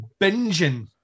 binging